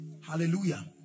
Hallelujah